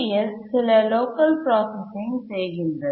T3 சில local processing செய்கின்றது